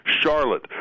Charlotte